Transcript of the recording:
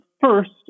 first